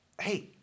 hey